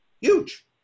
huge